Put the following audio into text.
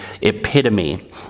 epitome